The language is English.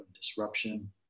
disruption